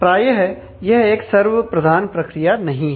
प्राय यह एक सर्व प्रधान प्रक्रिया नहीं है